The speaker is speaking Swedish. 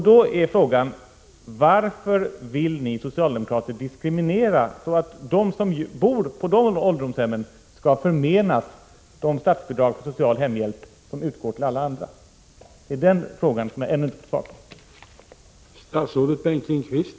Då är frågan: Varför vill ni socialdemokrater diskriminera, så att de som bor på dessa ålderdomshem skall förmenas de statsbidrag till social hemhjälp som utgår till alla andra? Det är den frågan som jag ännu inte har fått svar på.